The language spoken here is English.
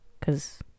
Cause